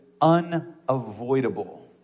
unavoidable